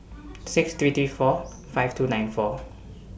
six three three four five two nine four